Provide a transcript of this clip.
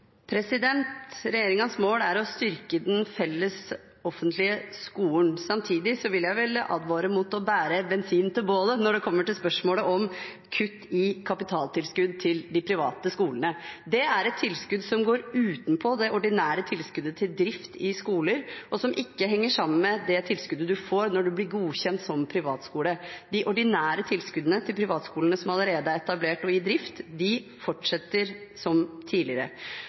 Regjeringens mål er å styrke den felles offentlige skolen. Samtidig vil jeg advare mot å bære bensin til bålet når det gjelder spørsmålet om kutt i kapitaltilskudd til de private skolene. Det er et tilskudd som går utenpå det ordinære tilskuddet til drift av skoler, og som ikke henger sammen med det tilskuddet man får når man blir godkjent som privatskole. De ordinære tilskuddene til privatskolene som allerede er etablert og i drift, fortsetter som tidligere.